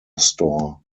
store